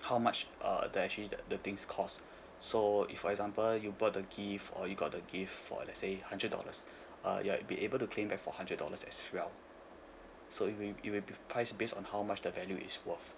how much uh the actually the the things cost so if for example you bought the gift or you got the gift for let's say hundred dollars uh you'll be able to claim back for hundred dollars as well so it'll be it'll be priced based on how much the value is worth